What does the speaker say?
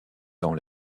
dans